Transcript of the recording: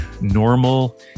normal